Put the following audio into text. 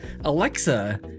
alexa